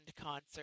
concert